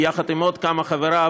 יחד עם עוד כמה מחבריו,